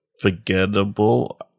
forgettable